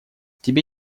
тебе